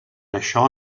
això